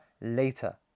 later